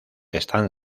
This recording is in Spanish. están